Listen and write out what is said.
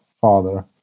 father